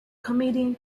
comedian